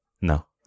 No